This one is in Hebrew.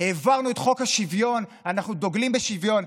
העברנו את חוק השוויון, אנחנו דוגלים בשוויון.